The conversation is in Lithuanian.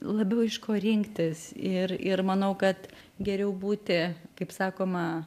labiau iš ko rinktis ir ir manau kad geriau būti kaip sakoma